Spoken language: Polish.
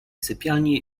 sypialni